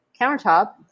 countertop